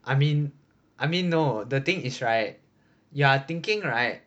I mean I mean no the thing is right you're thinking right